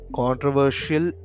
controversial